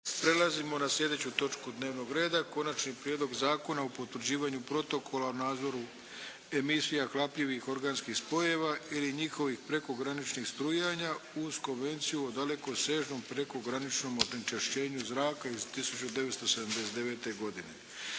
Prelazimo na sljedeću točku dnevnog reda. 11. Prijedlog Zakona o potvrđivanju Protokola o nadzoru emisija hlapljivih organskih spojeva ili njihovih prekograničnih strujanja uz Konvenciju o dalekosežnom prekograničnom onečišćenju zraka iz 1979. godine,